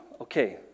okay